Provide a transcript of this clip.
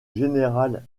général